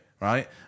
right